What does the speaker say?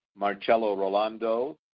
MarcelloRolando